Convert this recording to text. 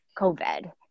COVID